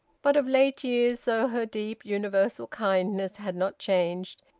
but of late years, though her deep universal kindness had not changed,